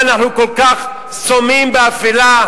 מה, אנחנו כל כך סומים באפלה?